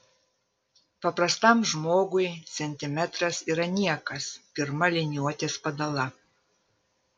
paprastam žmogui centimetras yra niekas pirma liniuotės padala